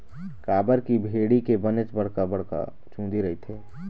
काबर की भेड़ी के बनेच बड़का बड़का चुंदी रहिथे